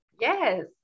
Yes